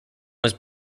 was